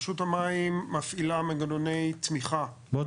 רשות המים מפעילה מנגנוני תמיכה --- בוא